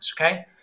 okay